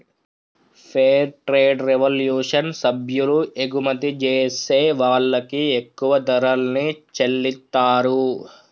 fair trade revolution సభ్యులు ఎగుమతి జేసే వాళ్ళకి ఎక్కువ ధరల్ని చెల్లిత్తారు